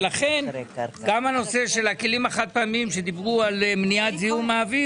ולכן גם בנושא של הכלים החד-פעמיים כשדיברו על מניעת זיהום האוויר.